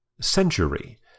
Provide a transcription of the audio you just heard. Century